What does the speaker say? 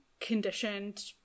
conditioned